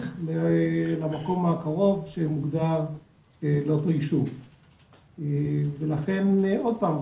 במקום הקרוב שהוגדר לאותו יישוב - ולכן עוד פעם,